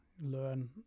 learn